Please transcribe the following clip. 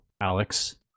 Alex